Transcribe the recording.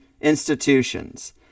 institutions